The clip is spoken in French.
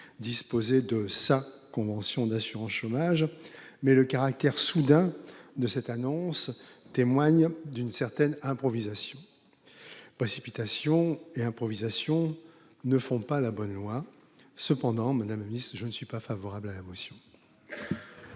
disposer de « sa » convention d'assurance chômage. Mais le caractère soudain de cette annonce témoigne d'une certaine improvisation. Précipitation et improvisation ne font pas la bonne loi. Cependant, je ne suis pas favorable à cette motion.